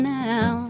now